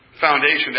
foundation